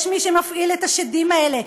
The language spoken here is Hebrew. יש מי שמפעיל את השדים האלה,